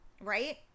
right